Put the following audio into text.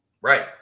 Right